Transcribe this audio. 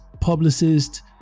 publicist